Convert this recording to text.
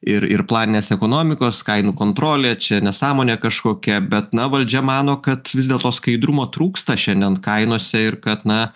ir ir planinės ekonomikos kainų kontrolė čia nesąmonė kažkokia bet na valdžia mano kad vis dėlto skaidrumo trūksta šiandien kainose ir kad na